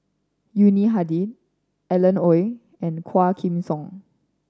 Yuni Hadi Alan Oei and Quah Kim Song